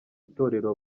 itorero